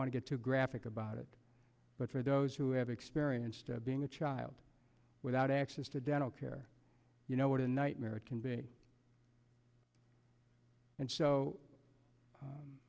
want to get too graphic about it but for those who have experienced being a child without access to dental care you know what a nightmare it can be and so